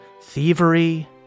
thievery